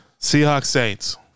Seahawks-Saints